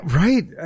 right